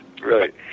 right